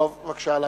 טוב, בבקשה להמשיך.